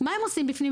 מה הם עושים בפנים?